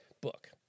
book